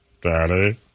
daddy